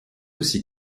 aussi